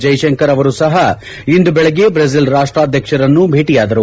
ಜೈಶಂಕರ್ ಅವರು ಸಹ ಇಂದು ಬೆಳಗ್ಗೆ ದ್ರೆಜಿಲ್ ರಾಷ್ಲಾಧ್ಯಕ್ಷರನ್ನು ಭೇಟಿಯಾದರು